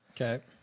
Okay